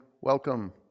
Welcome